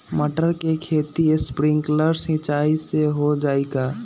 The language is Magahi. मटर के खेती स्प्रिंकलर सिंचाई से हो जाई का?